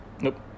Nope